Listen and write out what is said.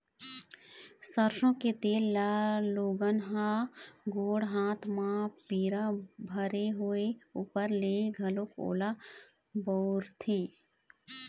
सरसो के तेल ल लोगन ह गोड़ हाथ म पीरा भरे होय ऊपर ले घलोक ओला बउरथे